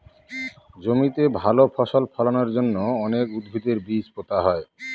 জমিতে ভালো ফসল ফলানোর জন্য অনেক উদ্ভিদের বীজ পোতা হয়